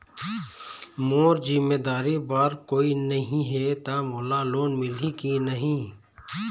मोर जिम्मेदारी बर कोई नहीं हे त मोला लोन मिलही की नहीं?